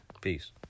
Peace